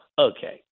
okay